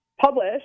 publish